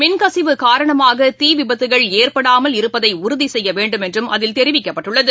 மின்கசிவு காரணமாகதீவிபத்துகள் ஏற்படாமல் இருப்பதைஉறுதிசெய்யவேண்டும் என்றும் அதில் தெரிவிக்கப்பட்டுள்ளது